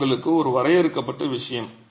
இது எங்களுக்கு ஒரு வரையறுக்கப்பட்ட விஷயம்